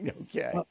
Okay